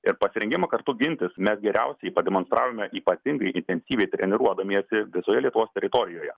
ir pasirengimą kartu gintis mes geriausiai pademonstravome ypatingai intensyviai treniruodamiesi visoje lietuvos teritorijoje